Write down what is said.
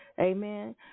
Amen